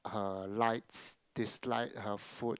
her likes dislike her food